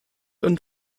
und